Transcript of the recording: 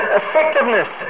effectiveness